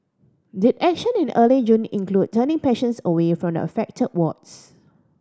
did action in early June include turning patients away from the affected wards